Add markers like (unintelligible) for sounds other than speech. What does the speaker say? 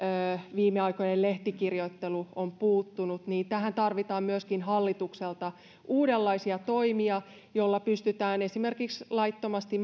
viime aikojen lehtikirjoittelu on puuttunut niin tähän tarvitaan myöskin hallitukselta uudenlaisia toimia joilla pystytään esimerkiksi laittomasti (unintelligible)